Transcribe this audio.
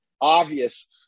obvious